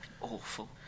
awful